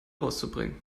herauszubringen